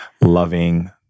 loving